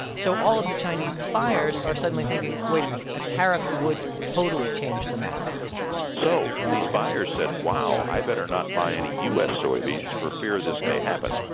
so all of the chinese buyers are suddenly thinking, wait a minute, a tariff would totally change the math for us so these buyers said, wow, i better not buy any u s. soybeans for fear this may happen.